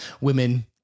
Women